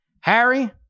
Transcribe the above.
Harry